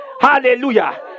Hallelujah